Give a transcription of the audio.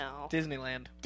Disneyland